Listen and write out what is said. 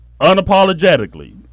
unapologetically